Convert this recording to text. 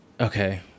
okay